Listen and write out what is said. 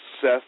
Seth